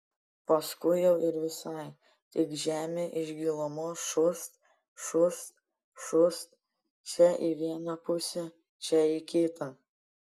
paskui jau ir visai tik žemė iš gilumos šūst šūst šūst čia į vieną pusę čia į kitą